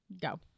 go